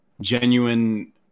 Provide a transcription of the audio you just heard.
genuine